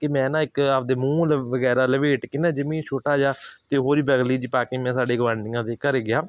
ਕਿ ਮੈਂ ਨਾ ਇੱਕ ਆਪਦੇ ਮੂੰਹ ਵਗੈਰਾ ਲਪੇਟ ਕੇ ਨਾ ਜਿਮੀ ਛੋਟਾ ਜਿਹਾ ਅਤੇ ਹੋਰ ਜਿਹੀ ਪਾ ਕੇ ਮੈਂ ਸਾਡੇ ਗੁਆਂਢੀਆਂ ਦੇ ਘਰ ਗਿਆ